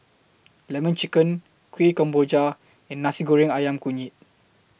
Lemon Chicken Kueh Kemboja and Nasi Goreng Ayam Kunyit